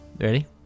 Ready